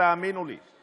תאמינו לי.